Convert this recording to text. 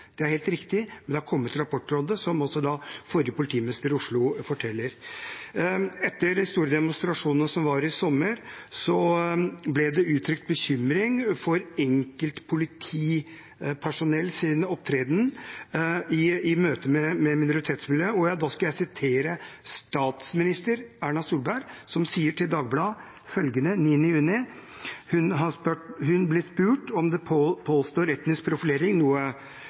det er helt riktig – men det har kommet rapporter om det, som også forrige politimester i Oslo forteller. Etter de store demonstrasjonene som var i sommer, ble det uttrykt bekymring for enkeltpolitipersonells opptreden i møte med minoritetsmiljøer, og da skal jeg sitere statsminister Erna Solberg, som sa følgende til Dagbladet 9. juni i fjor da hun ble spurt om det pågår etnisk profilering, noe